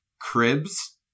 Cribs